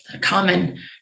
common